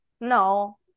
No